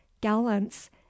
gallants